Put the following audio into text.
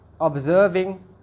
observing